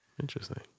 Interesting